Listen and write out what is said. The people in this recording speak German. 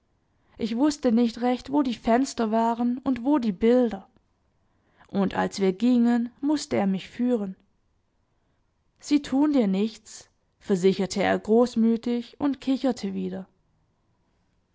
ich wußte nicht recht wo die fenster waren und wo die bilder und als wir gingen mußte er mich führen sie tun dir nichts versicherte er großmütig und kicherte wieder